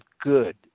good